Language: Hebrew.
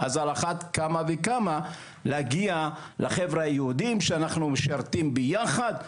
אז על אחת כמה וכמה להגיע לחבר'ה היהודים שאנחנו משרתים ביחד.